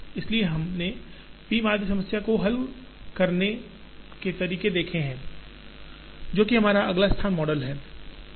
इसलिए हमने p माध्य समस्या को हल करने के तरीके देखे हैं जो कि हमारा अगला स्थान मॉडल है